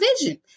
vision